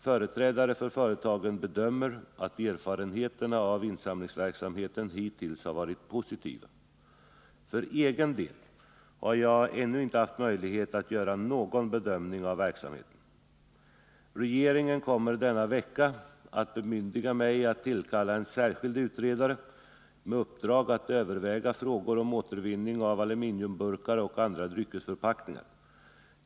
Företrädare för företagen bedömer att erfarenheterna av insamlingsverksamheten hittills har varit positiva. För egen del har jag ännu inte haft möjlighet att göra någon bedömning av verksamheten. Regeringen kommer denna vecka att bemyndiga mig att tillkalla en särskild utredare med uppdrag att överväga frågor om återvinning av aluminiumburkar och andra dryckesförpackningar.